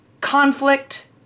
conflict